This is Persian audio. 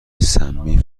سمی